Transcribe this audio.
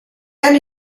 anni